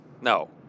No